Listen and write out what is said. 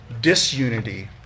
Disunity